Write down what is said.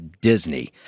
Disney